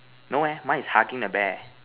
no eh mine is hugging the bear